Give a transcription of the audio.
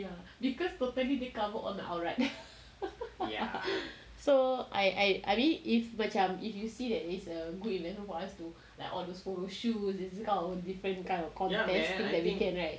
because properly they cover all my aurat so I I mean macam if you see that is a good investment for us to like all the school shoes it's kind of different kind of combination then we can right